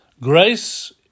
Grace